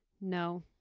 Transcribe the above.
No